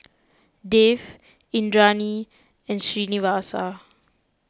Dev Indranee and Srinivasa